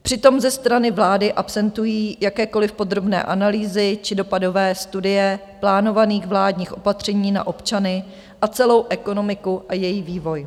Přitom ze strany vlády absentují jakékoli podrobné analýzy či dopadové studie plánovaných vládních opatření na občany a celou ekonomiku a její vývoj.